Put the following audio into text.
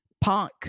punk